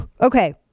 Okay